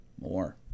more